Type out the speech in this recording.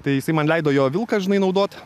tai jisai man leido jo vilką žinai naudot